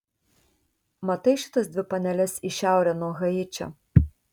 matai šitas dvi paneles į šiaurę nuo haičio